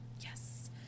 Yes